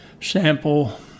sample